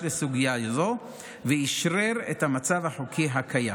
לסוגיה הזו ואשרר את המצב החוקי הקיים.